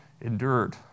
endured